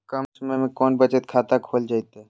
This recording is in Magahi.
कम समय में कौन बचत खाता खोले जयते?